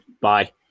bye